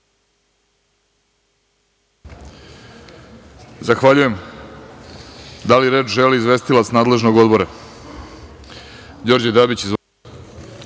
Zahvaljujem. Da li reč želi izvestilac nadležnog Odbora? Reč